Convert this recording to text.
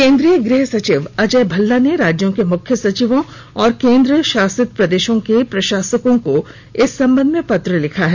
केन्द्रीय गृह सचिव अजय भल्ला ने राज्यों के मुख्य सचिवों और केन्द्र शासित प्रदेशों के प्रशासकों को इस संबंध में पंत्र लिखा है